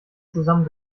zusammen